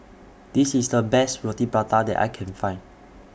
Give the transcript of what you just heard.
This IS The Best Roti Prata that I Can Find